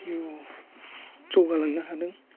जिवाव जौगालांनो हादों